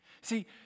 See